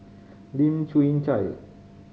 Lim Chwee Chian